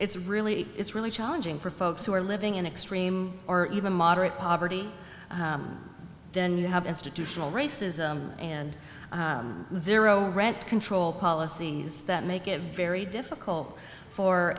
it's really it's really challenging for folks who are living in extreme or even moderate poverty then you have institutional racism and zero rent control policies that make it very difficult for